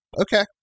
Okay